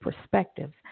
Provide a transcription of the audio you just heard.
perspectives